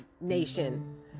nation